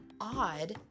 odd